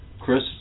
Chris